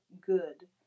good